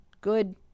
good